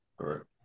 Correct